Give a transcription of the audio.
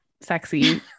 sexy